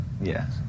Yes